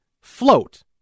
float